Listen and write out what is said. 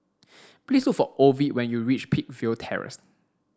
please look for Ovid when you reach Peakville Terrace